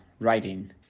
writing